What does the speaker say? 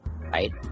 right